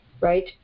right